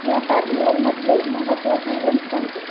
या कार्निवलमधले महत्त्वाचे इव्हेंट्स कोणते